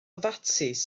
fatsis